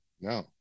No